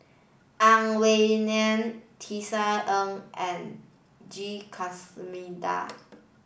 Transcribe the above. Ang Wei Neng Tisa Ng and G